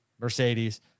Mercedes